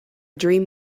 dream